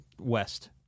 west